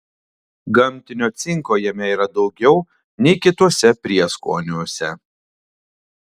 gamtinio cinko jame yra daugiau nei kituose prieskoniuose